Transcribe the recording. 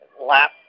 lap